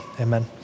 amen